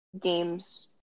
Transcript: games